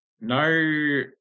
No